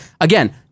Again